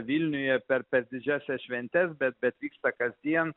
vilniuje per per didžiąsias šventes bet bet vyksta kasdien